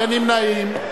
אין נמנעים.